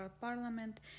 Parliament